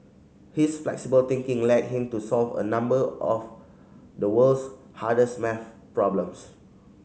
his flexible thinking led him to solve a number of the world's hardest maths problems